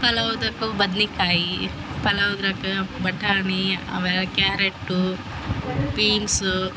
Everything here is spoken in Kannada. ಪಲಾವ್ದಕ್ಕೆ ಬದನೇಕಾಯಿ ಪಲಾವ್ದಕ್ಕೆ ಬಟಾಣಿ ಆಮೇಲೆ ಕ್ಯಾರೇಟು ಪೀನ್ಸು